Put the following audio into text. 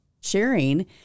sharing